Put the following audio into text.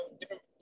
different